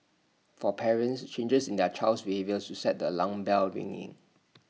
for parents changes in their child's behaviour should set the alarm bells ringing